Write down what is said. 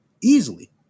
Easily